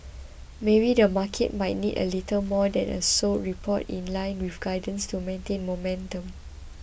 maybe the market might need a little more than a solid report in line with guidance to maintain momentum